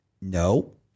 no